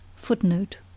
footnote